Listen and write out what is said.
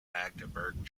magdeburg